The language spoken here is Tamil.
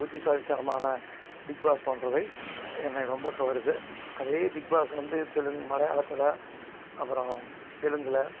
புத்திசாலித்தனமான பிக்பாஸ் போன்றவை என்னை ரொம்ப கவருது அதே பிக்பாஸ் வந்து தெலுங்கு மலையாளத்தில் அப்புறம் தெலுங்கில்